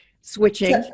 switching